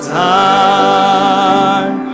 time